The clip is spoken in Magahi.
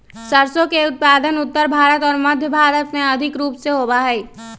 सरसों के उत्पादन उत्तर भारत और मध्य भारत में अधिक रूप से होबा हई